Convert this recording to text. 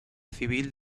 civil